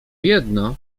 jedno